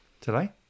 today